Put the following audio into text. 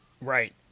Right